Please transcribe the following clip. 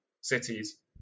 cities